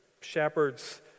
shepherds